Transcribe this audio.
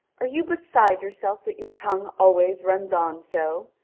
are you beside yourself that your tongue always runs on so?